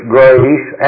grace